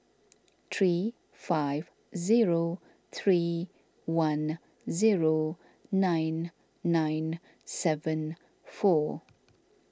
three five zero three one zero nine nine seven four